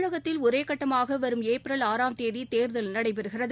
தமிழகத்தில் ஒரே கட்டமாக வரும் ஏப்ரல் ஆறாம் தேதி தேர்தல் நடைபெறுகிறது